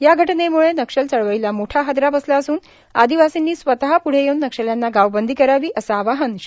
या घटनेम्ळे नक्षल चळवळीला मोठा हादरा बसला असून आदिवासींनी स्वत प्ढे येऊन नक्षल्यांना गावबंदी करावी अस आवाहन श्री